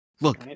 Look